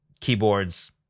keyboards